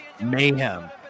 mayhem